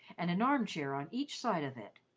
and an arm-chair on each side of it.